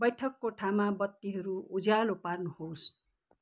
बैठक कोठामा बत्तीहरू उज्यालो पार्नुहोस्